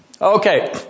Okay